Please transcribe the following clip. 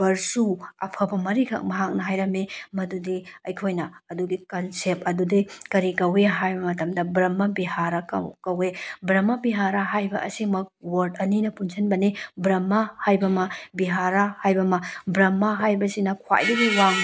virtue ꯑꯐꯕ ꯃꯔꯤꯈꯛ ꯃꯍꯥꯛꯅ ꯍꯥꯏꯔꯝꯃꯤ ꯃꯗꯨꯗꯤ ꯑꯩꯈꯣꯏꯅ ꯑꯗꯨꯒꯤ ꯀꯟꯁꯦꯞ ꯑꯗꯨꯗꯤ ꯀꯔꯤ ꯀꯧꯏ ꯍꯥꯏꯕ ꯃꯇꯝꯗ ꯕ꯭ꯔꯝꯃ ꯕꯤꯍꯥꯔꯥ ꯀꯧꯏ ꯕ꯭ꯔꯝꯃ ꯕꯤꯍꯥꯔꯥ ꯍꯥꯏꯕ ꯑꯁꯤꯃꯛ ꯋꯔꯠ ꯑꯅꯤꯅ ꯄꯨꯟꯁꯤꯟꯕꯅꯤ ꯕ꯭ꯔꯝꯃ ꯍꯥꯏꯕ ꯑꯃ ꯕꯤꯍꯥꯔꯥ ꯍꯥꯏꯕ ꯑꯃ ꯕ꯭ꯔꯝꯃ ꯍꯥꯏꯕꯁꯤꯅ ꯈ꯭ꯋꯥꯏꯗꯒꯤ ꯋꯥꯡ